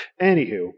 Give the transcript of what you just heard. Anywho